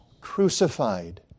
crucified